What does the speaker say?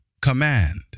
command